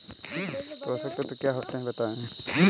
पोषक तत्व क्या होते हैं बताएँ?